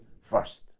first